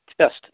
test